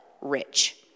rich